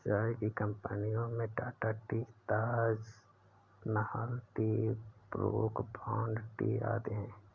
चाय की कंपनियों में Tata tea, Taj Mahal tea, Brooke Bond tea आदि है